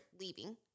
leaving